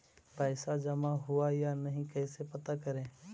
पैसा जमा हुआ या नही कैसे पता करे?